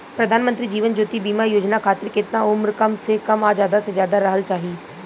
प्रधानमंत्री जीवन ज्योती बीमा योजना खातिर केतना उम्र कम से कम आ ज्यादा से ज्यादा रहल चाहि?